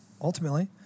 Ultimately